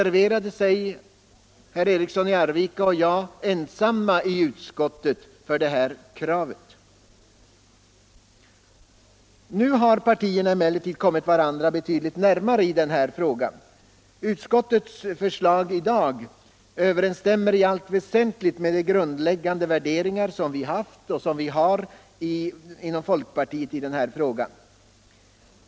1972 var herr Eriksson i Arvika och jag ensamma om att reservera oss i utskottet för det kravet. Obligatorisk Nu har partierna emellertid kommit varandra betydligt närmare i den — platsanmälan till här frågan. Utskottets förslag i dag överensstämmer i allt väsentligt med — den offentliga de grundläggande värderingar som vi haft och som vi har inom folkpartiet — arbetsförmedlingen, i den här frågan.